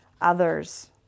others